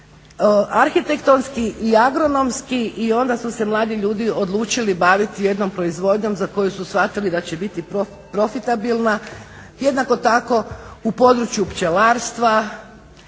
arhitektonski i agronomski i onda su se mladi ljudi odlučili baviti jednom proizvodnjom za koju su shvatili da će biti profitabilna, jednako tako u području pčelarstva.